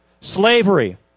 Slavery